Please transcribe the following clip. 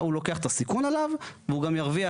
הוא לוקח את הסיכון עליו והוא גם ירוויח